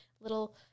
little